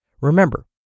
Remember